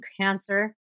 cancer